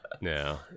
No